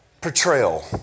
portrayal